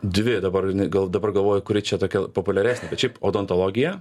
dvi dabar gal dabar galvoju kuri čia tokia populiaresnė bet šiaip odontologija